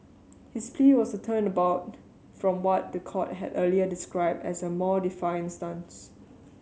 his plea was a turnabout from what the court had earlier described as a more defiant stance